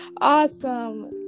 Awesome